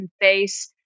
face